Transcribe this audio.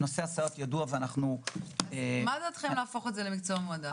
נושא הסייעות הוא ידוע --- אז מה דעתכם להפוך את זה למקצוע מועדף?